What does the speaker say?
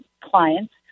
clients